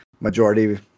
majority